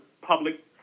Public